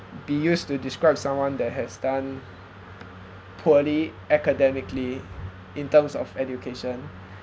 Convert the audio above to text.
be used to describe someone that has done poorly academically in terms of education